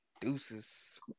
Deuces